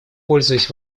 пользуясь